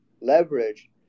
leverage